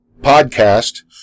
podcast